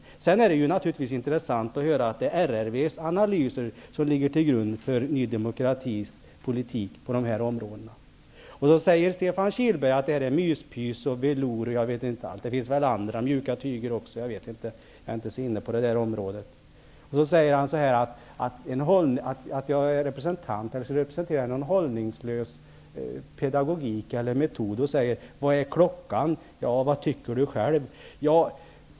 Sedan är det naturligtvis intressant att höra att det är Riksrevisionsverkets analyser som ligger till grund för Ny demokratis politik på dessa områden. Stefan Kihlberg säger att detta är mys-pys och velour och jag vet inte allt. Det finns väl även andra mjuka tyger. Jag är inte så insatt i detta. Sedan säger han att jag representerar en hållningslös pedagogik eller metod och säger: Vad är klockan? Ja, vad tycker du själv?